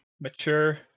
mature